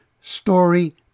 story